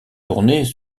tournées